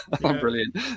Brilliant